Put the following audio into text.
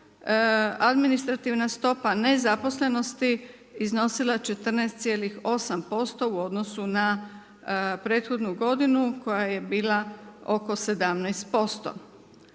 administrativna stopa nezaposlenosti iznosila 14,8% u odnosu na prethodnu godinu koja je bila oko 17%.